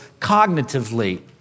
cognitively